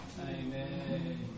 Amen